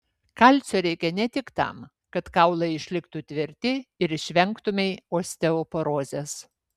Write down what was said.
kalcio reikia ne tik tam kad kaulai išliktų tvirti ir išvengtumei osteoporozės